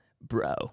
bro